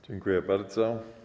Dziękuję bardzo.